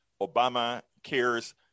Obamacare's